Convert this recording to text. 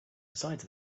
besides